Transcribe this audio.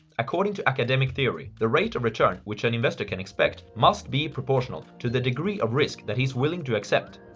according to academic theory, the rate of return which an investor can expect must be proportional to the degree of risk that he's willing to accept.